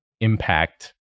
impact